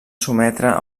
sotmetre